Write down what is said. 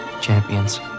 champions